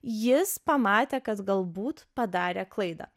jis pamatė kad galbūt padarė klaidą